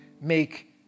make